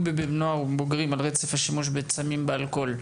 בבני נוער ובבוגרים על רצף השימוש בסמים ובאלכוהול.